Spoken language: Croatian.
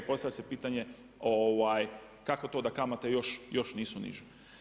Postavlja se pitanje kako to da kamate još nisu niže.